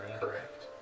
Correct